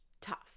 Tough